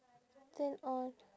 then all